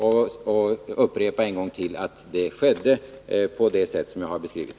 Jag upprepar en gång till att det skedde på det sätt som jag har beskrivit.